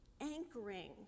anchoring